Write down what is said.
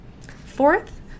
Fourth